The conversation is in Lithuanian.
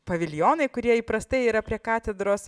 paviljonai kurie įprastai yra prie katedros